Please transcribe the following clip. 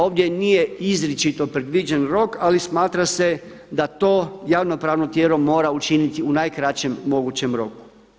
Ovdje nije izričito predviđen rok, ali smatra se da to javno-pravno tijelo mora učiniti u najkraćem mogućem roku.